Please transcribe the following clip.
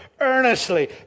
earnestly